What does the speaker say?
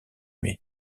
mai